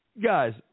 guys